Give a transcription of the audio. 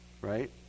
right